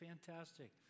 fantastic